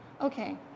Okay